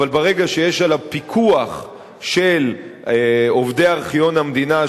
ברגע שיש עליו פיקוח של עובדי ארכיון המדינה,